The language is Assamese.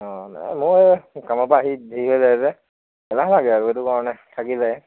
অঁ নাই মই কামৰ পৰা আহি দেৰি হৈ যায় যে এলাহ লাগে আৰু সেইটো কাৰণে থাকি যায়